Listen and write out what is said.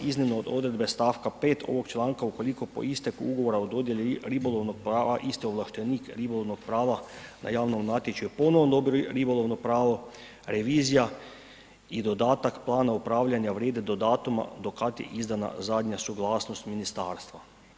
Iznimno od odredbe stavka 5. ovog članka ukoliko po isteku ugovora o dodjeli ribolovnog prava isti ovlaštenik ribolovnog prava na javnom natječaju ponovno ... ribolovno pravo revizija i dodatak plana upravljanja vrijede do datuma do kad je izdana zadnja suglasnost ministarstva.